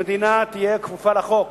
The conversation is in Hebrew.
המדינה תהיה כפופה לחוק,